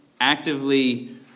actively